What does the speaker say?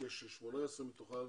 כש-18 מתוכם